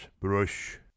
brush